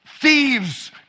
thieves